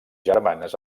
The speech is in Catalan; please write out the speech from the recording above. germanes